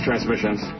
Transmissions